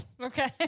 Okay